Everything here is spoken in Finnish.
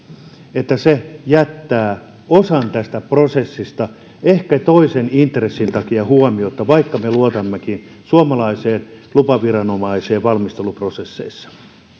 että se jättää osan tästä prosessista ehkä toisen intressin takia huomiotta vaikka me luotammekin suomalaiseen lupaviranomaiseen valmisteluprosesseissa